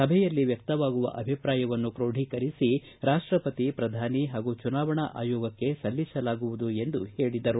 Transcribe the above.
ಸಭೆಯಲ್ಲಿ ವ್ಯಕ್ತವಾಗುವ ಅಭಿಪ್ರಾಯವನ್ನು ಕ್ರೋಢೀಕರಿಸಿ ರಾಷ್ಟಪತಿ ಪ್ರಧಾನಿ ಹಾಗೂ ಚುನಾವಣಾ ಅಯೋಗಕ್ಕೆ ಸಲ್ಲಿಸಲಾಗುವುದು ಎಂದು ಹೇಳಿದರು